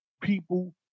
people